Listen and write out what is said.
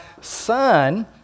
son